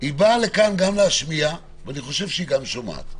היא באה לפה גם כדי להשמיע ואני חושב שהיא גם שומעת.